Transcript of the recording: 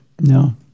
No